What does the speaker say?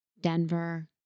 Denver